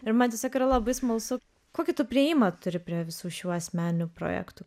ir man tiesiog yra labai smalsu kokį tu priėjimą turi prie visų šių asmeninių projektų